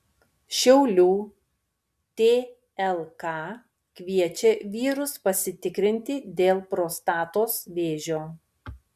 šiaulių tlk kviečia vyrus pasitikrinti dėl prostatos vėžio